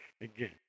again